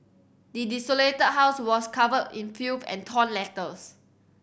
the desolated house was covered in filth and torn letters